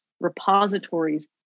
repositories